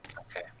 Okay